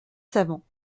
savants